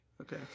Okay